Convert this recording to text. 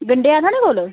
गंढे हैन थुआढ़े कोल